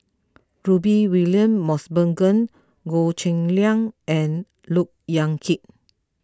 Rudy William Mosbergen Goh Cheng Liang and Look Yan Kit